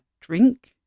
drink